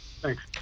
Thanks